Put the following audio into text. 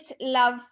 love